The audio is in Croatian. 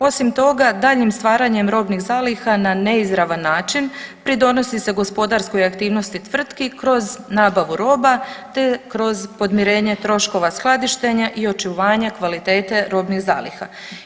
Osim toga, daljnjim stvaranjem robnih zaliha na neizravan način pridonosi se gospodarskoj aktivnosti tvrtki kroz nabavu roba te kroz podmirenje troškova skladištenja i očuvanja kvalitete robnih zaliha.